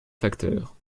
facteur